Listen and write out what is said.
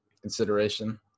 consideration